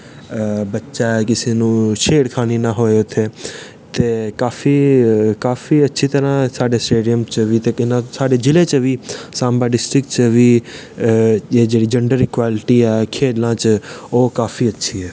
बच्चें ऐं कुसेै कन्नै शेड़ खान्नी नां होए ते काफी अच्छी तरह च साढ़े स्टेडियम च बी ते केह् नांऽ साढ़े जि'ले च बी सांबा डिस्टरिक च बी एह् जेह्ड़ी जैंडर इक्वैलटी ऐ खेल्लें च ओह् काफी अच्छी ऐ